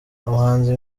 umuhanzi